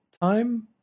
time